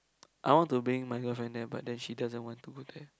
I want to bring my girlfriend there but then she doesn't want to go there